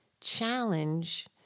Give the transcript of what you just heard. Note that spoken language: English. challenge